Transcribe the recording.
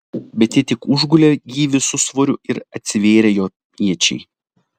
bet ji tik užgulė jį visu svoriu ir atsivėrė jo iečiai